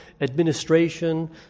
administration